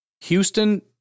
Houston